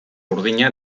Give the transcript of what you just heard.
urdina